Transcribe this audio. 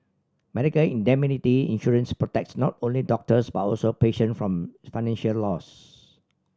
medical indemnity insurance protects not only doctors but also patient from financial loss